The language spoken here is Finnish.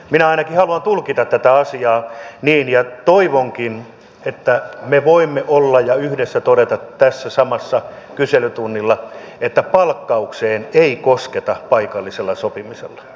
minä ainakin haluan tulkita tätä asiaa niin ja toivonkin että me voimme yhdessä todeta tässä samalla kyselytunnilla että palkkaukseen ei kosketa paikallisella sopimisella